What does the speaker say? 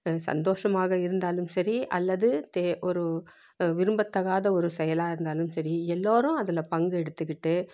சந்தோஷமாக இருந்தாலும் சரி அல்லது தே ஒரு விரும்பத்தகாத ஒரு செயலாக இருந்தாலும் சரி எல்லோரும் அதில் பங்கு எடுத்துக்கிட்டு